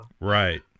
right